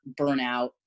burnout